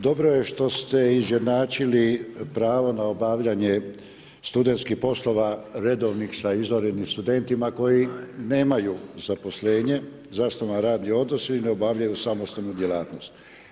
Dobro je što ste izjednačili pravo na obavljanje studentskih poslova redovnih sa izvanrednim studentima koji nemaju zaposlenje, zasnovan radni odnos i ne obavljaju samostalnu djelatnost.